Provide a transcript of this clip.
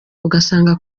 ugasanga